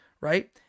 right